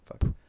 fuck